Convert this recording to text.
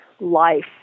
life